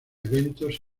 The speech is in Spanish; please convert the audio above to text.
eventos